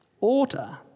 Order